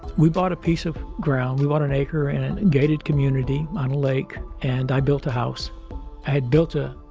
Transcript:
we bought a piece of ground. we want an acre in a gated community on a lake and i built a house. i had built a,